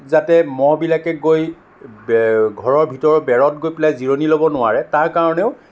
যাতে মহবিলাকে গৈ ঘৰৰ ভিতৰৰ বেৰত গৈ পেলাই জিৰণি ল'ব নোৱাৰে তাৰ কাৰণেও